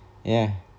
ya